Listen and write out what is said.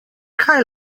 kaj